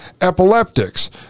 epileptics